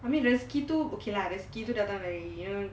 I mean rezeki tu okay lah there's rezeki tu datang dari very you know